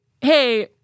Hey